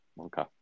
Okay